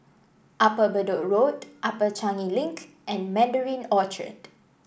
Upper Bedok Road Upper Changi Link and Mandarin Orchard